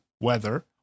weather